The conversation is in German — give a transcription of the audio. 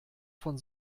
von